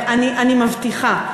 ואני מבטיחה,